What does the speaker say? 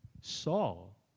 Saul